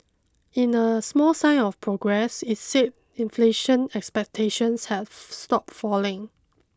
in a small sign of progress it said inflation expectations have stopped falling